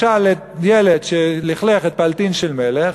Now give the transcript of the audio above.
משל לילד שלכלך את פלטין של מלך,